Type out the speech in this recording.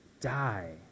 die